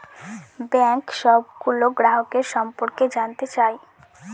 bank সবগুলো গ্রাহকের সম্পর্কে জানতে চায়